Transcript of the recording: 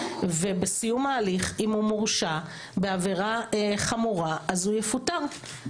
ובסיום ההליך אם הוא מורשע בעבירה חמורה אז הוא יפוטר.